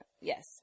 Yes